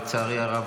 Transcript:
לצערי הרב,